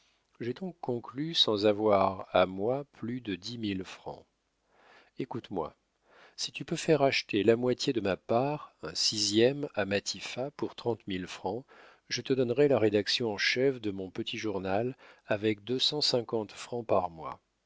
j'ai donc conclu sans avoir à moi plus de dix mille francs écoute-moi si tu peux faire acheter la moitié de ma part un sixième à matifat pour trente mille francs je te donnerai la rédaction en chef de mon petit journal avec deux cent cinquante francs par mois